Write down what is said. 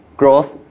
growth